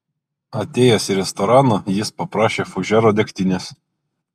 atėjęs į restoraną jis paprašė fužero degtinės